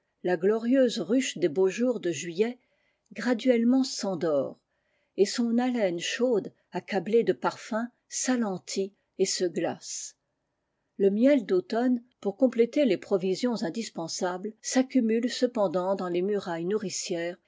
la glorieuse ruche des beaux jours de juillet graduellement s'endort et son haleine chaude accablée de parfums s'alentit et se glace le miel d'automne pour compléter les provisions indispensables s'accumule adant dans les murailles nourricières